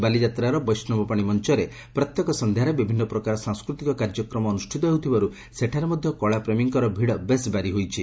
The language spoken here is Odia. ବାଲିଯାତ୍ରାର ବୈଷ୍ଠବପାଶି ମଞ୍ଚରେ ପ୍ରତ୍ୟେକ ସଂଧାରେ ବିଭିନ୍ନ ପ୍ରକାର ସାଂସ୍କୃତିକ କାର୍ଯ୍ୟକ୍ରମ ଅନୁଷ୍ଷିତ ହେଉଥିବାରୁ ସେଠାରେ ମଧ କଳାପ୍ରେମୀଙ୍କର ଭିଡ଼ ବେଶ୍ ବାରି ହୋଇଛି